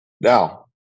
Now